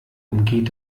umgeht